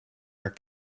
haar